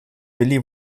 billy